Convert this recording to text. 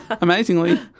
Amazingly